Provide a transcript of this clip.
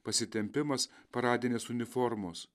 pasitempimas paradinės uniformos